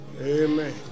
Amen